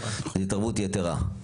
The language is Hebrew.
זה התערבות יתרה.